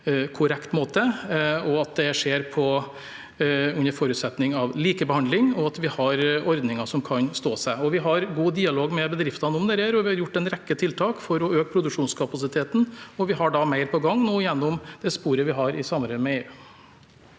at det skjer under forutsetning av likebehandling, og at vi har ordninger som kan stå seg. Vi har god dialog med bedriftene om dette. Vi har gjort en rekke tiltak for å øke produksjonskapasiteten, og vi har mer på gang nå gjennom det sporet vi har i samarbeid med EU.